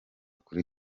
kuri